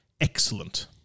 excellent